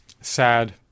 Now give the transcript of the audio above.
sad